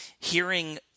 hearing